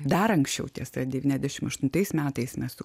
dar anksčiau tiesa devyniasdešim aštuntais metais mes su